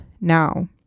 Now